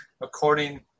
according